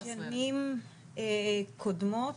חולים ואנחנו משלמים הטבות מסוימות,